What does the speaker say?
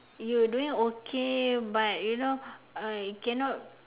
you doing okay but you know I cannot